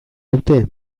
dute